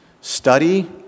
study